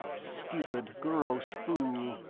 stupid, gross fool!